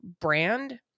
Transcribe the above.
brand